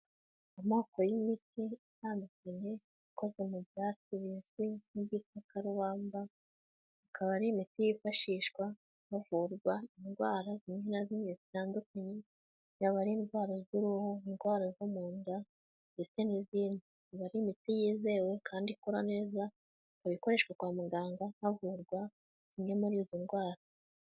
Amoko y'imiti itandukanye, akozwe mu byatsi bizwi nk'igikakarubamba, akaba ari imiti yifashishwa havurwa indwara zimwe na zimwe zitandukanye, yaba ari indwara z'uruhu, ndwara zo mu nda, ndetse n'izindi, aba ari imiti yizewe kandi ikora neza, ikoreshwa kwa muganga havurwa zimwe muri izo ndwara.